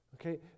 Okay